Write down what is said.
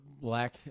black